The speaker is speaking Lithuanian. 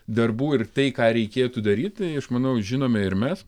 darbų ir tai ką reikėtų daryt tai aš manau žinome ir mes